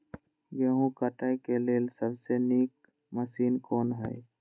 गेहूँ काटय के लेल सबसे नीक मशीन कोन हय?